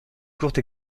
courte